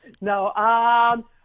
No